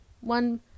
one